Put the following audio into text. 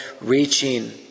reaching